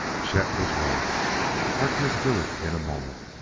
chet was right harkness knew it in a moment.